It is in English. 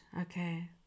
Okay